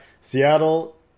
Seattle